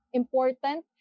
important